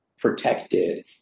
protected